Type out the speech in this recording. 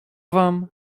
wam